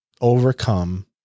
overcome